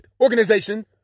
organization